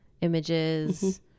images